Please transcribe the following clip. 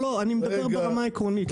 אני מדבר ברמה העקרונית,